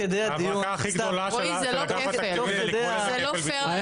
ההברקה הכי גדולה של לקחת --- ולקרוא לזה כפל ביטוח.